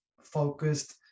focused